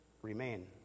remain